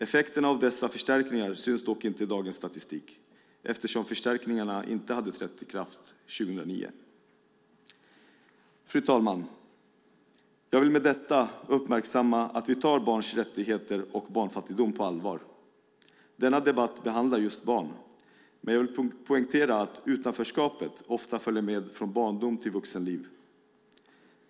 Effekterna av dessa förstärkningar syns dock inte i dagens statistik eftersom förstärkningarna inte hade trätt i kraft 2009. Fru talman! Jag vill med detta uppmärksamma att vi tar barns rättigheter och barnfattigdom på allvar. Denna debatt behandlar just barn, men jag vill poängtera att utanförskapet ofta följer med från barndom till vuxenliv.